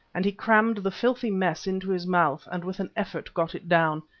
and he crammed the filthy mess into his mouth and with an effort got it down,